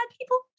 people